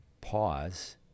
pause